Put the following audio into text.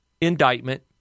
indictment